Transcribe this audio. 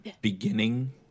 beginning